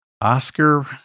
Oscar